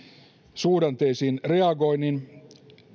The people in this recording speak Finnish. suhdanteisiin reagoinnin